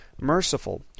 merciful